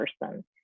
person